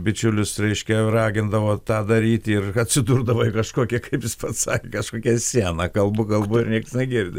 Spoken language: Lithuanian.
bičiulius reiškia ragindavo tą daryti ir atsidurdavai kažkokią kaip jis pats sakė kažkokia siena kalbu kalbu ir nieks negirdi